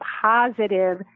positive